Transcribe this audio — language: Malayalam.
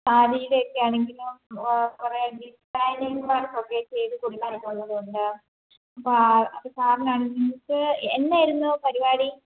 സാരിയുടെയൊക്കെ ആണെങ്കിലും കുറേയധികം സാരി ബ്ലൗസ് ഒക്കെ ചെയ്തു കൊടുക്കാനൊക്കെ ഉള്ളതുകൊണ്ട് അപ്പം ആ അത് കാരണമാണ് നിങ്ങൾക്ക് എന്നായിരുന്നു പരിപാടി